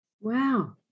Wow